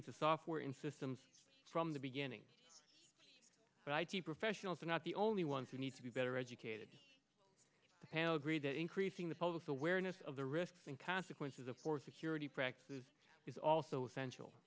into software in systems from the beginning but i t professionals are not the only ones who need to be better educated agree that increasing the public's awareness of the risks and consequences of course security practices is also essential